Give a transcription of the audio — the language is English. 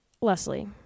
leslie